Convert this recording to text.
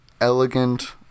elegant